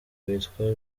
witwa